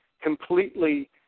completely